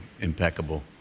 impeccable